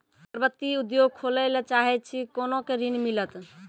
अगरबत्ती उद्योग खोले ला चाहे छी कोना के ऋण मिलत?